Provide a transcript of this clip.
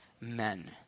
men